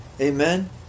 Amen